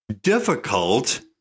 difficult